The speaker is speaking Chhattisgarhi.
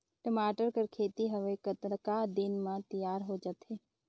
टमाटर कर खेती हवे कतका दिन म तियार हो जाथे?